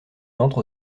entre